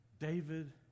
David